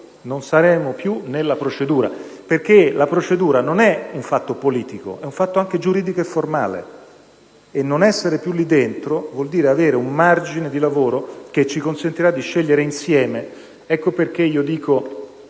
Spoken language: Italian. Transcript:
Non saremo più nella procedura, perché la procedura non è un fatto solo politico ma anche giuridico e formale. Non essere più lì dentro vuol dire avere un margine di lavoro che ci consentirà di scegliere insieme. Ecco perché io dico